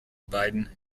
beiden